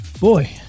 boy